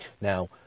Now